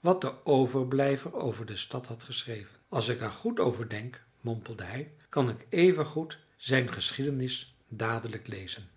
wat de overblijver over de stad had geschreven als ik er goed over denk mompelde hij kan ik even goed zijn geschiedenis dadelijk lezen